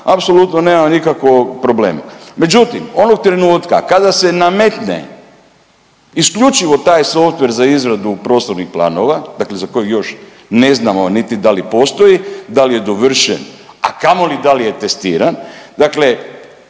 apsolutno nemam nikakvog problema. Međutim, onog trenutka kada se nametne isključivo taj softver za izradu prostornih planova, dakle za kojeg još ne znamo niti da li postoji, da li je dovršen, a kamoli da li je testiran, dakle